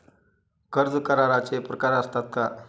कर्ज कराराचे प्रकार असतात का?